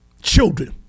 children